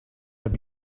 have